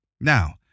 Now